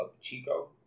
Chico